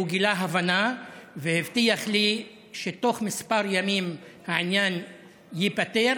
הוא גילה הבנה והבטיח לי שתוך כמה ימים העניין ייפתר